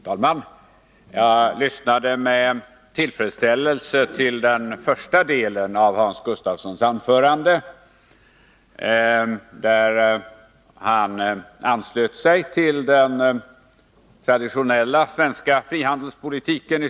Fru talman! Jag lyssnade med tillfredsställelse till den första delen av Hans Gustafssons anförande, där han i stort sett utan reservationer anslöt sig till den traditionella svenska frihandelspolitiken.